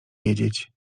wiedzieć